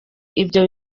ibyo